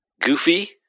Goofy